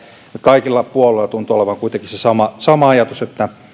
kaikilla puolueilla tuntuu olevan kuitenkin se sama sama ajatus että